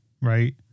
right